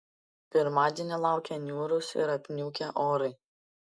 pirmadienį laukia niūrūs ir apniukę orai